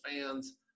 fans